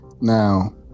Now